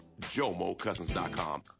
JomoCousins.com